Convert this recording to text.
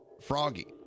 Froggy